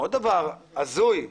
עוד דבר הזוי ביותר.